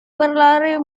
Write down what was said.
berlari